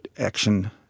action